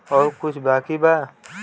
और कुछ बाकी बा?